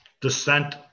descent